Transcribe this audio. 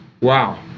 Wow